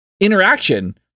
interaction